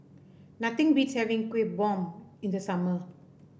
nothing beats having Kuih Bom in the summer